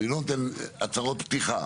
אני לא נותן הצהרות פתיחה.